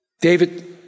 David